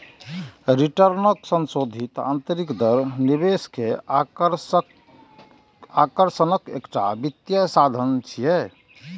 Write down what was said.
रिटर्नक संशोधित आंतरिक दर निवेश के आकर्षणक एकटा वित्तीय साधन छियै